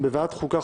בוועדת חוקה,